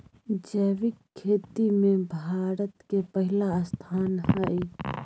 जैविक खेती में भारत के पहिला स्थान हय